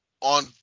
on